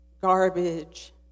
garbage